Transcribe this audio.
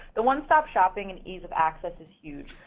the one-stop shopping and ease of access is huge.